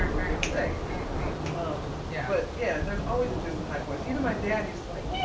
um everything um yeah but yeah there's always a doodle hi boys even my dad is like